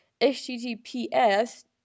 https